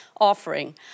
offering